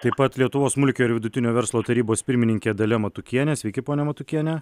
taip pat lietuvos smulkiojo ir vidutinio verslo tarybos pirmininkė dalia matukienė sveiki ponia matukiene